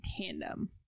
tandem